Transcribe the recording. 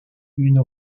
une